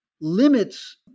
limits